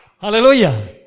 Hallelujah